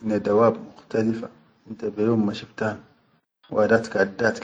hine dawab mukhtalifa inta beyom ma shiftan wada kaddat